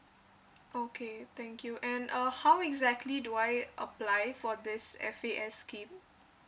okay thank you and uh how exactly do I apply for this F_A_S scheme